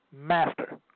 master